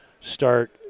start